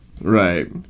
Right